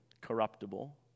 corruptible